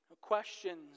Questions